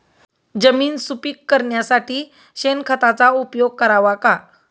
जमीन सुपीक करण्यासाठी शेणखताचा उपयोग करावा का?